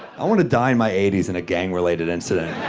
i wanna die in my eighty s in a gang-related incident.